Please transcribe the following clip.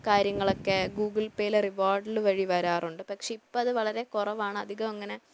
കാര്യങ്ങളൊക്കെ ഗൂഗിൾ പേയിൽ റിവാഡ് വഴി വരാറുണ്ട് പക്ഷെ ഇപ്പോൾ അത് വളരെ കുറവാണ് അധികം അങ്ങനെ